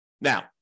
Now